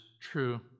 true